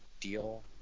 deal